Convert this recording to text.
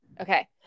Okay